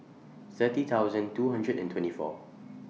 thirty thousand two hundred and twenty four